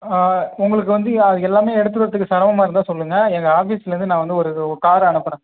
உங்களுக்கு வந்து அது எல்லாமே எடுத்துகிட்டு வர்கிறதுக்கு சிரமமா இருந்தால் சொல்லுங்கள் எங்கள் ஆஃபிஸ்ஸில் இருந்து நான் வந்து ஒரு ஒரு காரை அனுப்புகிறேன்